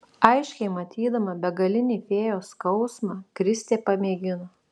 aiškiai matydama begalinį fėjos skausmą kristė pamėgino